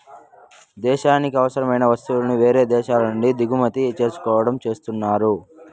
దేశానికి అవసరమైన వస్తువులను వేరే దేశాల నుంచి దిగుమతి చేసుకోవడం చేస్తున్నారు